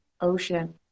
ocean